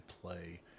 play